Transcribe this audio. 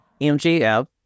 MGF